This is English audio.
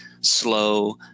slow